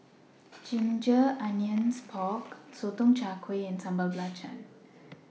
Ginger Onions Pork Sotong Char Kway and Sambal Belacan